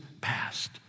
past